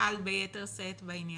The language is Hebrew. נפעל ביתר שאת בעניין?